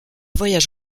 voyage